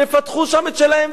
שיפתחו שם את שלהם,